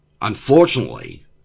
Unfortunately